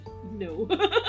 no